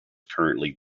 currently